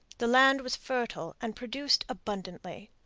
the land was fertile and produced abundantly.